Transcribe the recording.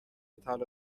طلا